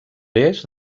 est